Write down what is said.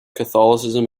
catholicism